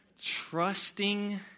trusting